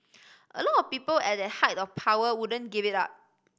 a lot of people at that height of power wouldn't give it up